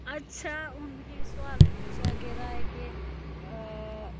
अच्छा हून मिगी एह् सुआल पुच्छेआ गेदा ऐ कि